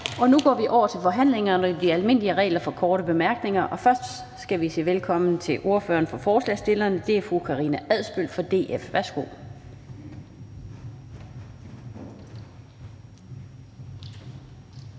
Nu går vi over til forhandlingerne og de almindelige regler for korte bemærkninger. Først skal vi sige velkommen til ordføreren for forespørgerne, og det er fru Karina Adsbøl fra DF. Værsgo.